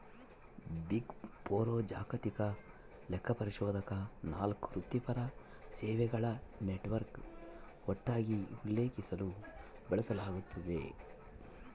big four ಜಾಗತಿಕ ಲೆಕ್ಕಪರಿಶೋಧಕ ನಾಲ್ಕು ವೃತ್ತಿಪರ ಸೇವೆಗಳ ನೆಟ್ವರ್ಕ್ ಒಟ್ಟಾಗಿ ಉಲ್ಲೇಖಿಸಲು ಬಳಸಲಾಗ್ತದ